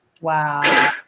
Wow